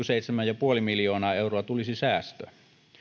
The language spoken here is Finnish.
seitsemän pilkku viisi miljoonaa euroa tulisi säästöä